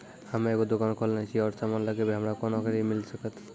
हम्मे एगो दुकान खोलने छी और समान लगैबै हमरा कोना के ऋण मिल सकत?